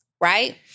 right